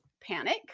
panic